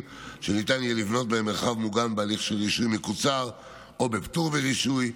שניתן יהיה לבנות בהם מרחב מוגן בהליך של רישוי מקוצר או בפטור מרישוי.